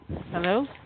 Hello